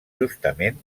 justament